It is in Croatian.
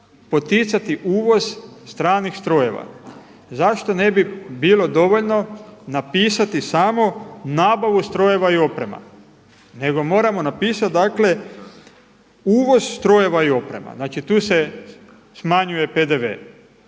poticati uvoz stranih strojeva? Zašto ne bi bilo dovoljno napisati samo nabavu strojeva i oprema, nego moramo napisati uvoz strojeva i oprema, znači tu se smanjuje PDV.